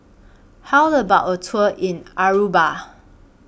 How about A Tour in Aruba